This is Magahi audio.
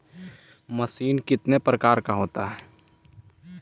मशीन कितने प्रकार का होता है?